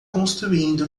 construindo